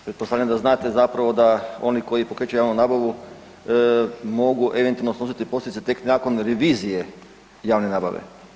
Pretpostavljam da znate zapravo da oni koji pokreću javnu nabavu mogu eventualno složiti posljedice tek nakon revizije javne nabave.